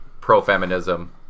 pro-feminism